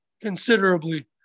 considerably